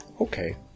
okay